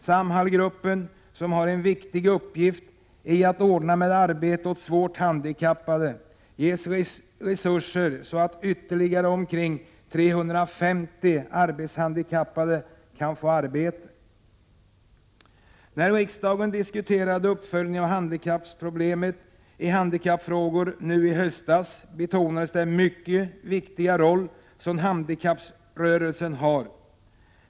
Samhallgruppen, som har en viktig uppgift i att ordna med arbete åt svårt handikappade, ges resurser så att ytterligare omkring 350 arbetshandikappade kan få arbete. —- När riksdagen diskuterade uppföljningen av handlingsprogrammet i handikappfrågor nu i höstas, betonades den mycket viktiga roll som handikapprörelsen har.